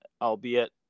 albeit